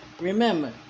Remember